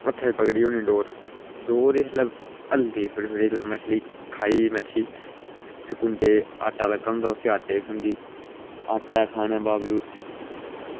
हत्थै ई पकड़ी दी होनी डोर हत्थै ई मच्छली थोह्ड़ी थोह्ड़ी मच्छली खाई मच्छी उसी कुंडै ई आटा लग्गे दा होंदा उसी आटै गी खंदी आटा खानै दे बावजूद